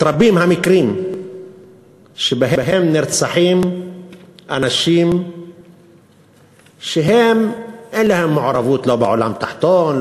מתרבים המקרים שבהם נרצחים אנשים שאין להם מעורבות בעולם התחתון,